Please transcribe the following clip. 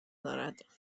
دارد